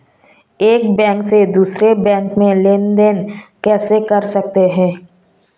एक बैंक से दूसरे बैंक में लेनदेन कैसे कर सकते हैं?